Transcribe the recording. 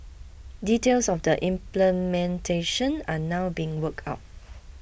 details of the implementation are now being worked out